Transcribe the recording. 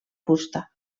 fusta